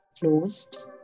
closed